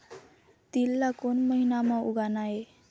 तील ला कोन महीना म उगाना ये?